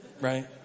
right